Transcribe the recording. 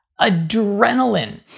adrenaline